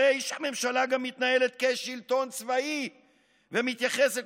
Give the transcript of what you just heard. הרי שהממשלה גם מתנהלת כשלטון צבאי ומתייחסת